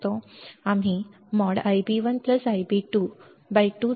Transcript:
आम्ही । Ib1Ib2 ।2 चा मोड घेऊन इनपुट बायस करंट शोधू शकतो